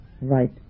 right